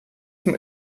zum